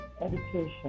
education